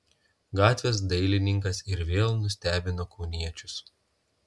gatvės dailininkas ir vėl nustebino kauniečius